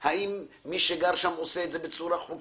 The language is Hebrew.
אני מבקש מאדוני שיגיד לי מהן נקודות ההתקדמות על מנת שאדע